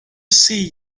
see